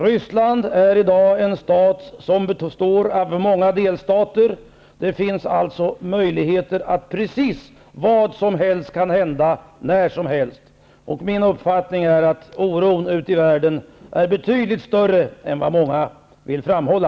Ryssland är i dag en stat som består av många delstater, och det finns alltså möjlighet att precis vad som helst kan hända, när som helst. Min uppfattning är att oron ute i världen är betydligt större än vad många vill framhålla.